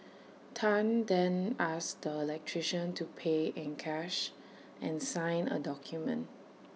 Tan then asked the electrician to pay in cash and sign A document